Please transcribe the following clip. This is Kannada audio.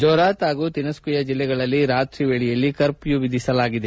ಜೋರ್ಹಾತ್ ಹಾಗೂ ತಿನುಸ್ಕಿಯಾ ಜಿಲ್ಲೆಗಳಲ್ಲಿ ರಾತ್ರಿ ವೇಳೆಯಲ್ಲಿ ಕರ್ಪ್ಯೂ ವಿಧಿಸಲಾಗಿದೆ